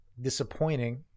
disappointing